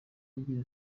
agira